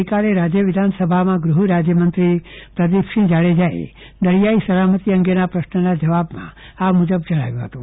ગઈકાલે રાજ્ય વિધાનસભામાં ગૃહ રાજ્યમંત્રી પ્રદીપસિંહ જાડેજાએ દરિયાઈ સલામતી અંગેના પ્રશ્નના જવાબમાં આ મુજબ જણાવ્યું હતું